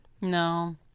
No